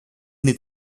man